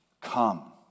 Come